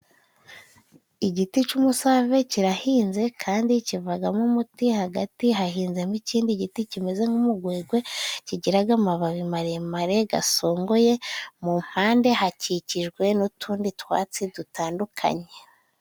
Igiti cy'umusave kirahinze kandi kivagamo umuti, hagati hahinzamo ikindi giti kimeze nk'umugugwe kigiraga amababi maremare gasongoye, mu mpande hakikijwe n'utundi twatsi dutandukanye.